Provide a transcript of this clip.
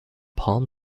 palm